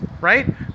right